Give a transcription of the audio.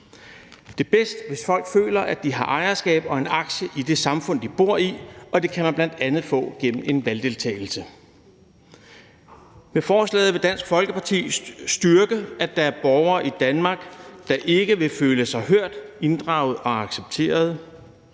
er bedst, hvis folk føler, at de har ejerskab og en aktie i det samfund, de bor i, og det kan man bl.a. få gennem en valgdeltagelse. Med forslaget vil Dansk Folkeparti styrke, at der er borgere i Danmark, der ikke vil føle sig hørt, inddraget og accepteret.